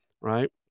right